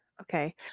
Okay